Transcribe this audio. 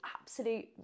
absolute